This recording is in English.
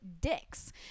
dicks